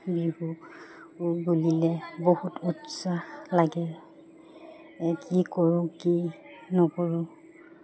বিহু বুলিলে বহুত উৎসাহ লাগে কি কৰোঁ কি নকৰোঁ